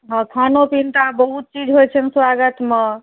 हँ खानो पीन तऽ आब बहुत चीज होइत छनि स्वागतमे